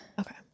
okay